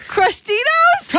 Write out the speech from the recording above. Crustinos